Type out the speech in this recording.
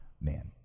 man